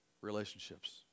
relationships